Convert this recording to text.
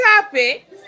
topic